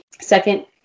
second